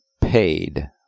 paid